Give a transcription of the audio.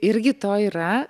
irgi to yra